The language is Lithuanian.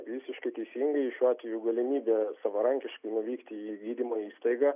visiškai teisingai šiuo atveju galimybė savarankiškai nuvykti į gydymo įstaigą